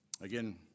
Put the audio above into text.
Again